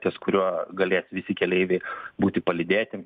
ties kuriuo galės visi keleiviai būti palydėti